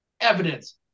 evidence